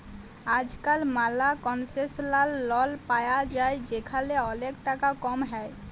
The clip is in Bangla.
আজকাল ম্যালা কনসেশলাল লল পায়া যায় যেখালে ওলেক টাকা কম হ্যয়